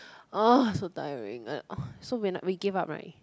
so tiring so when we give up [right]